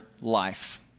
life